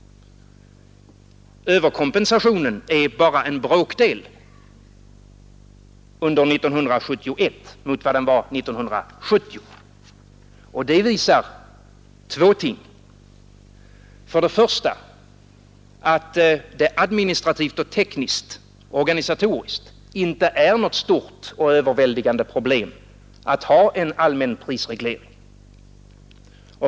Överkompensationen under 1971 är bara en bråkdel av vad den var 1970. Det visar två ting. För det första är det administrativt, tekniskt och organisatoriskt inte något stort och överväldigande problem att ha en allmän prisreglering.